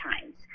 times